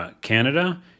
Canada